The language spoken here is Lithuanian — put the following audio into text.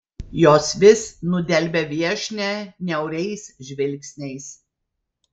jos vis nudelbia viešnią niauriais žvilgsniais